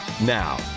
Now